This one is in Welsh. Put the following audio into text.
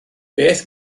beth